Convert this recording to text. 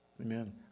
Amen